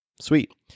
Sweet